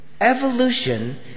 Evolution